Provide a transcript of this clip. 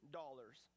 dollars